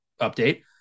update